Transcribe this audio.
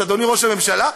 אדוני ראש הממשלה,